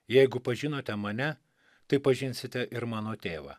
jeigu pažinote mane tai pažinsite ir mano tėvą